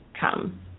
come